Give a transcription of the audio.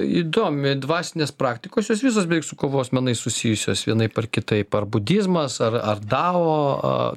įdomiai dvasinės praktikos jos visos beveik su kovos menai susijusios vienaip ar kitaip ar budizmas ar ar dao